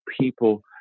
people